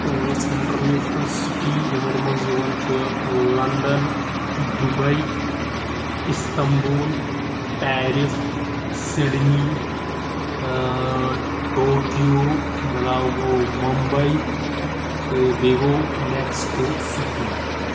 پانٛژھ international city یِمَن مَنٛز یِوان چھُ London Dubai Istanbul Paris Sydney Tokyo امہِ علاوٕ گوٚو مُمبی تہٕ بیٚیہ گوٚو میکسِکو سِٹی